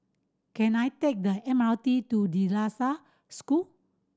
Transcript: can I take the M R T to De La Salle School